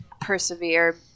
persevere